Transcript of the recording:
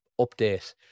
update